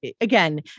again